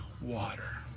water